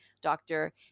doctor